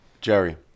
Jerry